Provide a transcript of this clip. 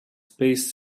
space